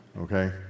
Okay